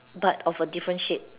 but of a different shape